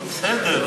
בסדר,